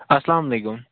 اسلام علیکُم